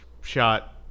shot